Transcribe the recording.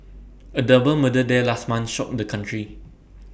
A double murder there last month shocked the country